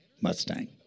Mustang